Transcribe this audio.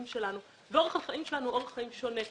שלנו ואורח החיים שלנו הוא אורח חיים שונה.